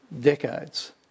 decades